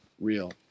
real